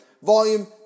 Volume